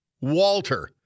Walter